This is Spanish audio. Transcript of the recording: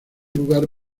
lugar